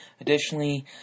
additionally